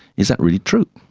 is that really true?